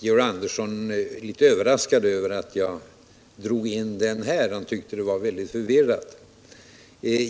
Georg Andersson var litet överraskad över att jag drog in dragningsrätten här och tyckte det var förvirrat.